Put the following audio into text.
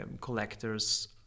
collectors